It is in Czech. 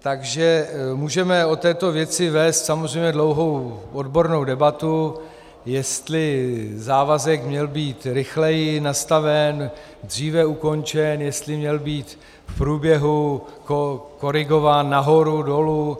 Takže můžeme o této věci vést samozřejmě dlouhou odbornou debatu, jestli závazek měl být rychleji nastaven, dříve ukončen, jestli měl být v průběhu korigován nahoru, dolů,